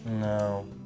No